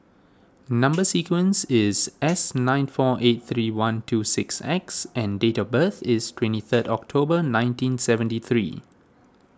Number Sequence is S nine four eight three one two six X and date of birth is twenty third October nineteen seventy three